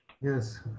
Yes